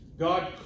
God